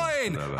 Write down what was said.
מר אלמוג כהן,